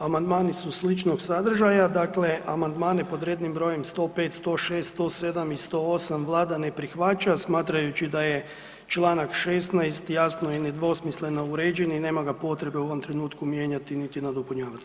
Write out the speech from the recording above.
Amandmani su sličnog sadržaja, dakle amandmane pod rednim brojem 105, 106, 107, 108 Vlada ne prihvaća smatrajući da je čl. 16. jasno i nedvosmisleno uređen i nema ga potrebe u ovom trenutku mijenjati niti nadopunjavati.